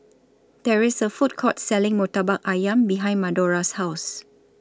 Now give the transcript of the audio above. There IS A Food Court Selling Murtabak Ayam behind Madora's House